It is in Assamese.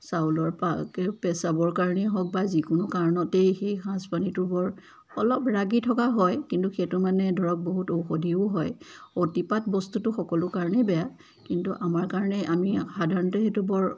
চাউলৰ পেচাবৰ কাৰণেও হওক বা যিকোনো কাৰণতেই সেই সাজপানীটো বৰ অলপ ৰাগি থকা হয় কিন্তু সেইটো মানে ধৰক বহুত ঔষধিও হয় অতিপাত বস্তুটোতো সকলো কাৰণেই বেয়া কিন্তু আমাৰ কাৰণে আমি সাধাৰণতে সেইটো বৰ